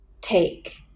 take